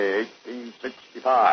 1865